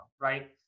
right